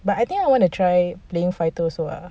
but I think I want to try playing fighter also ah